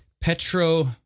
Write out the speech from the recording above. Petro